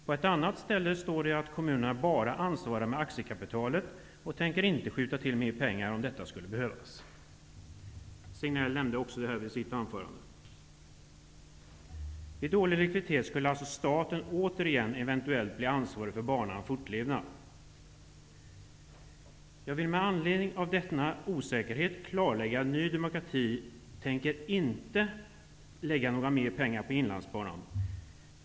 På ett annat ställe framgår det att kommunerna bara ansvarar med aktiekapitalet och inte skall skjuta till mera pengar om det skulle behövas. Sven-Gösta Signell nämnde också detta i sitt anförande. Vid dålig likviditet skall alltså staten, återigen, eventuellt bli ansvarig för banans fortlevnad. Jag vill med anledning av denna osäkerhet klarlägga att Ny demokrati inte anser att några mer pengar skall läggas på Inlandsbanan.